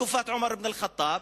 בתקופת עומר אבן אל-ח'טאב,